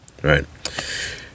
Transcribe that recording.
Right